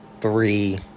three